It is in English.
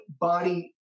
body